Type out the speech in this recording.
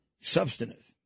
substantive